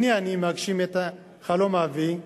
הנה, אני מגשים את חלום אבי.